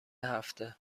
هفته